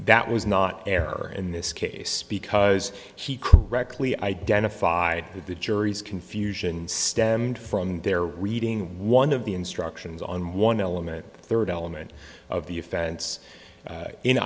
that was not error in this case because he correctly identified the jury's confusion stemmed from their reading one of the instructions on one element third element of the offense